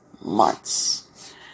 months